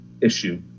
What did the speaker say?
issue